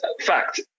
fact